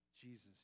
Jesus